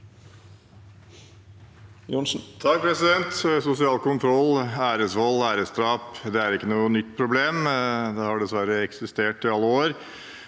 (FrP) Sosial kon- troll, æresvold og æresdrap er ikke noe nytt problem. Det har dessverre eksistert i alle år.